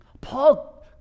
Paul